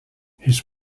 his